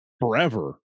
forever